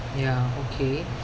ya okay